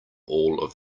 all